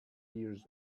years